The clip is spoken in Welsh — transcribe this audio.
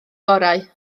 gorau